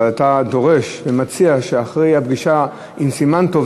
אבל אתה דורש ומציע שאחרי הפגישה עם סימן טוב,